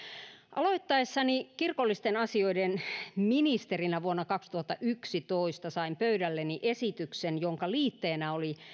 aloittaessani kirkollisten asioiden ministerinä vuonna kaksituhattayksitoista sain pöydälleni esityksen jonka liitteenä oli